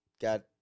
got